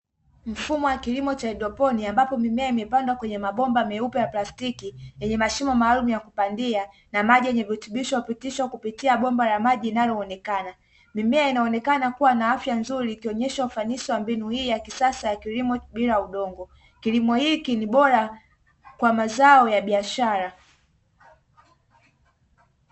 Mfumo wa kilimo cha haidroponi ambao mimea imepandwa kwenye mabomba meupe ya plastiki yenye mashimo maalumu ya kupandia na maji yenye virutubisho hupitishwa kupitia bomba la maji linaloonekana. Mimea inaonekana kuwa na afya nzuri ikionyesha ufanisi wa mbinu hii ya kisasa ya kilimo bila udongo. Kilimo hiki ni bora kwa mazao ya biashara.